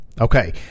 Okay